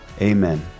Amen